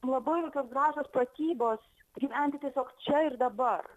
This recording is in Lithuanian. labai gražios pratybos gyventi tiesiog čia ir dabar